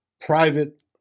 private